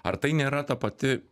ar tai nėra ta pati